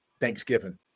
Thanksgiving